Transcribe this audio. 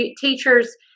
teachers